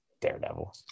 Daredevil